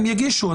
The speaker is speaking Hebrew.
הם יגישו.